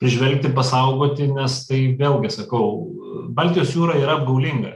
žvelgti pasaugoti nes tai vėlgi sakau baltijos jūra yra apgaulinga